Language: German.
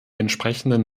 entsprechenden